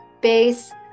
base